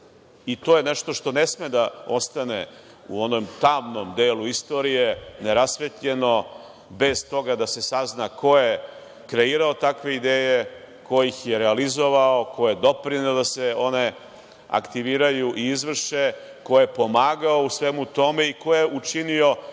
i to je nešto što ne sme da ostane u onom tamnom delu istorije, nerasvetljeno, bez toga da se sazna ko je kreirao takve ideje, ko ih je realizovao, ko je doprineo da se one aktiviraju i izvrše, ko je pomagao u svemu tome i ko je učinio